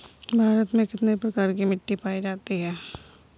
भारत में कितने प्रकार की मिट्टी पाई जाती है?